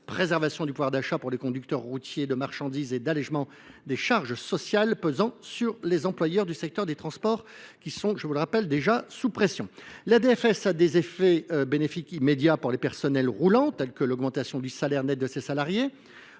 préservation du pouvoir d’achat pour les conducteurs routiers de marchandises et d’allégement des charges salariales pesant sur les employeurs du secteur des transports, déjà sous pression. La DFS a des effets bénéfiques immédiats pour le personnel roulant, tels que l’augmentation de leur salaire net. En permettant